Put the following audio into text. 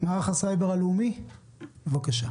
מערך הסייבר הלאומי, בבקשה.